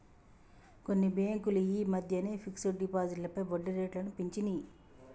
కొన్ని బ్యేంకులు యీ మద్దెనే ఫిక్స్డ్ డిపాజిట్లపై వడ్డీరేట్లను పెంచినియ్